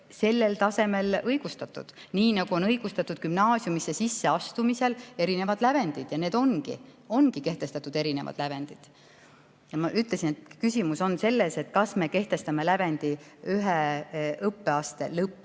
sellel tasemel õigustatud, nii nagu on õigustatud gümnaasiumisse sisseastumisel erinevad lävendid. Ongi kehtestatud erinevad lävendid. Ma ütlesin, et küsimus on selles, kas me kehtestame lävendi ühe õppeastme lõppu,